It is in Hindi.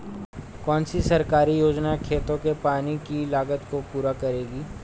कौन सी सरकारी योजना खेतों के पानी की लागत को पूरा करेगी?